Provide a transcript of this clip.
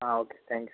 okay thanks